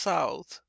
South